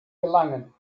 gelangen